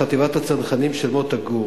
בחטיבת הצנחנים של מוטה גור.